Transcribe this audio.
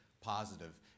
positive